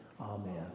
amen